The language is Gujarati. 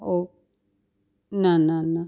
ઑ ના ના ના